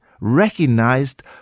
recognized